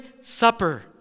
supper